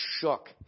shook